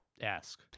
ask